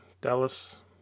Dallas